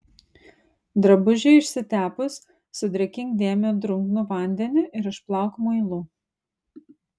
drabužiui išsitepus sudrėkink dėmę drungnu vandeniu ir išplauk muilu